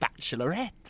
bachelorette